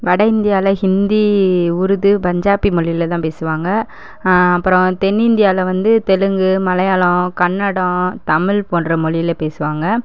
வட இந்தியாவில ஹிந்தி உருது பஞ்சாபி மொழில தான் பேசுவாங்கள் அப்புறம் தென் இந்தியாவில வந்து தெலுங்கு மலையாளம் கன்னடம் தமிழ் போன்ற மொழியிலே பேசுவாங்கள்